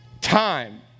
time